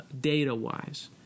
data-wise